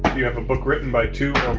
do you have a book written by two